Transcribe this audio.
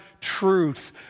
truth